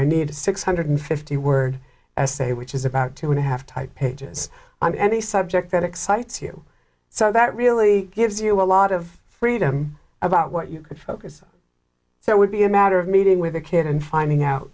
i need six hundred fifty word essay which is about two and a half type pages on any subject that excites you so that really gives you a lot of freedom about what you can focus on so it would be a matter of meeting with a kid and finding out